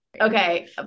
Okay